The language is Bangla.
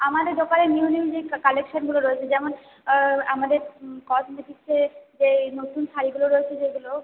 আমাদের দোকানে নিউ নিউ যেই কালেকশনগুলো রয়েছে যেমন আমাদের কসমেটিক্সে যেই নতুন শাড়িগুলো রয়েছে যেগুলো